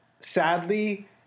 sadly